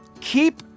keep